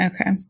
Okay